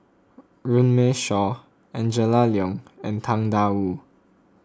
Runme Shaw Angela Liong and Tang Da Wu